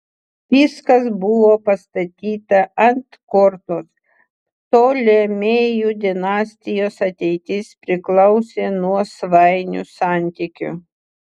viskas buvo pastatyta ant kortos ptolemėjų dinastijos ateitis priklausė nuo svainių santykių